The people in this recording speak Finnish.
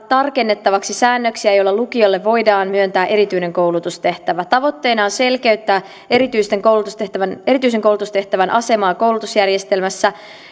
tarkennettavaksi säännöksiä joilla lukiolle voidaan myöntää erityinen koulutustehtävä tavoitteena on selkeyttää erityisen koulutustehtävän erityisen koulutustehtävän asemaa koulutusjärjestelmässä